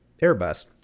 Airbus